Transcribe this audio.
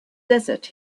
desert